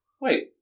Wait